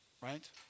right